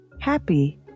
happy